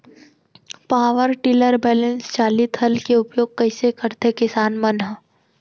Power tiller बैलेंस चालित हल के उपयोग कइसे करथें किसान मन ह?